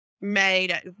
made